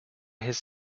his